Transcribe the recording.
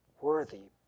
Worthy